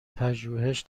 پژوهش